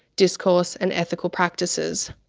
discourse and ethical practices.